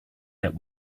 that